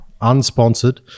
unsponsored